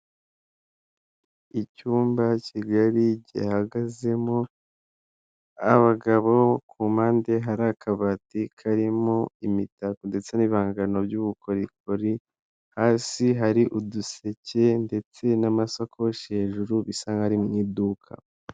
Icyumba kigari gihagazemo abagabo ku mpande hari akabati karimo imitako ndetse n'ibihangano by'ubukorikori, hasi hari uduseke ndetse n'amasakoshi hejuru bsa n'aho arii mu iduka.